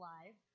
Live